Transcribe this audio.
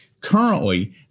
Currently